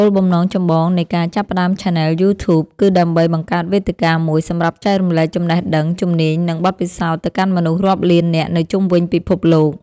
គោលបំណងចម្បងនៃការចាប់ផ្តើមឆានែលយូធូប គឺដើម្បីបង្កើតវេទិកាមួយសម្រាប់ចែករំលែកចំណេះដឹង ជំនាញ និងបទពិសោធន៍ទៅកាន់មនុស្សរាប់លាននាក់នៅជុំវិញពិភពលោក។